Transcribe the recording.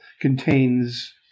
contains